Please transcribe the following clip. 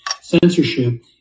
censorship